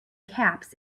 caps